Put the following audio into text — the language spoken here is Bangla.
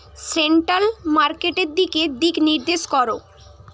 সেন্ট্রাল মার্কেটের দিকে দিকনির্দেশ করো